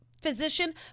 physician